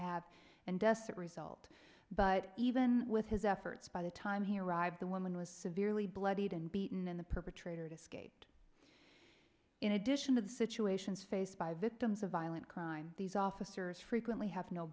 have and deaths that result but even with his efforts by the time he arrived the woman was severely bloodied and beaten and the perpetrator it escaped in addition to the situations faced by victims of violent crime these officers frequently have no